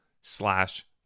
slash